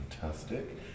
Fantastic